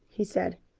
he said.